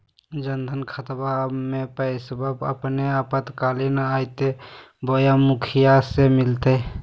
जन धन खाताबा में पैसबा अपने आपातकालीन आयते बोया मुखिया से मिलते?